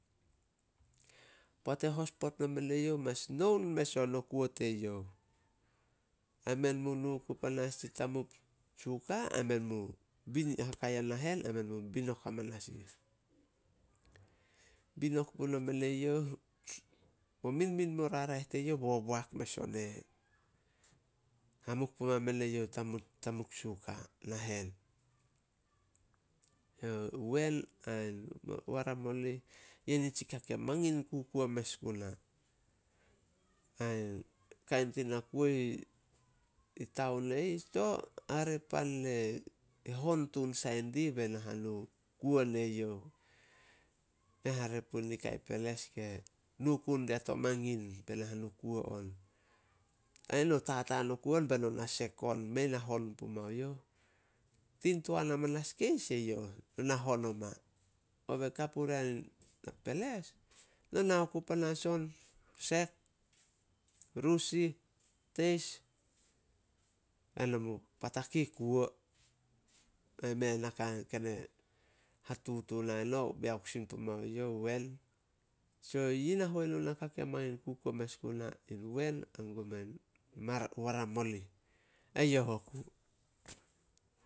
Poat e hospot mamen eyouh mas noun mes on o kuo teyouh. Ai menmu nu oku panas tsi tamup suka ai menmu haka ya nahen ai menmu binok hamanas ih. Binok puno men eyouh, mo minmin mo raraeh teyouh boboak mes on e hamuk puma men eyouh tamup- tamup suka nahen. Wen ain waramolih yi nitsi ka ke mangin kukuo mes guna. Ain kain tina kuo i taon e ih, sto. Hare pan ne hon tun sai dih be nahanu kuo ne youh. Mea hare puh nikai peles ke nu ku dia to mangin be nahanu kuo on. Ai no tataan oku on beno na sek on, mei na hon pumao youh. Tin toan amanas keis eyouh, nona hon oma. Kobe ka puria peles, no na oku panas on, sek, rus ih, teis ai no mu patak ih kuo. Bae mei a naka ken e hatutu nae no beiok sin pumao youh o wen. So, yi na huenu naka ke mangin kukuo mes guna, in wen hanggum me waramolih. Eyouh oku.